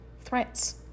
threats